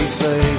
say